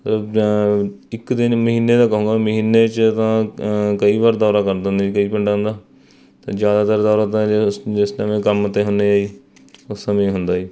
ਇੱਕ ਦਿਨ ਮਹੀਨੇ ਦਾ ਕਹੂੰਗਾ ਮਹੀਨੇ 'ਚ ਤਾਂ ਕਈ ਵਾਰ ਦੌਰਾ ਕਰ ਦਿੰਦੇ ਕਈ ਪਿੰਡਾਂ ਦਾ ਅਤੇ ਜ਼ਿਆਦਾਤਰ ਦੌਰਾ ਤਾਂ ਜਿਸ ਜਿਸ ਟਾਈਮ ਕੰਮ 'ਤੇ ਹੁੰਦੇ ਉਸ ਸਮੇਂ ਹੁੰਦਾ ਜੀ